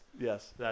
yes